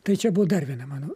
tai čia buvo dar viena mano